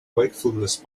wakefulness